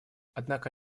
однако